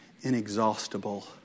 inexhaustible